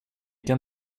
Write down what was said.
kan